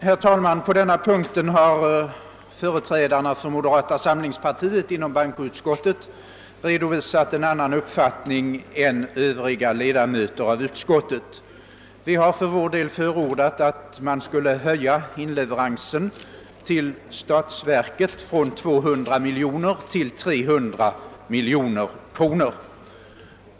Herr talman! På denna punkt har företrädarna för moderata samlingspartiet inom bankoutskottet redovisat en annan uppfattning än övriga ledamöter av utskottet. Vi har för vår del förordat att man skulle höja inleveransen till statsverket från 200 miljoner till 300 miljoner kronor.